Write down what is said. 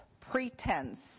pretense